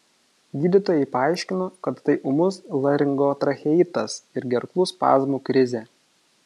gydytojai paaiškino kad tai ūmus laringotracheitas ir gerklų spazmų krizė